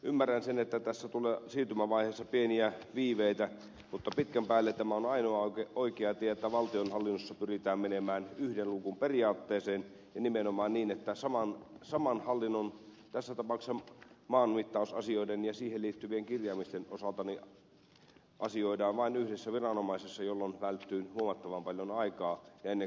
ymmärrän sen että tässä tulee siirtymävaiheessa pieniä viipeitä mutta pitkän päälle tämä on ainoa oikea tie että valtionhallinnossa pyritään menemään yhden luukun periaatteeseen ja nimenomaan niin että saman hallinnon tässä tapauksessa maanmittausasioiden ja niihin liittyvien kirjaamisten osalta asioidaan vain yhdessä viranomaisessa jolloin välttyy huomattavan paljon aikaa ennen